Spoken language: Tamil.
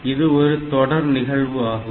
இது ஒரு தொடர் நிகழ்வு ஆகும்